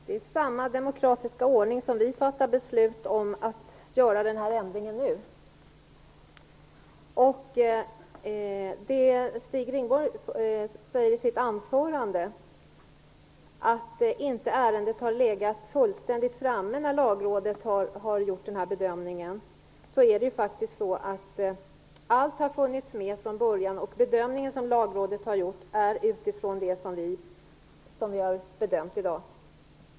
Herr talman! De är fattade i samma demokratiska ordning som vi nu fattar beslut om en ändring. Stig Rindborg säger i sitt anförande att ärendet inte har varit fullständigt presenterat när Lagrådet har gjort sin bedömning. Allt har funnits med från början. Lagrådet har gjort sin bedömning utifrån det material som vi har bedömt i dag.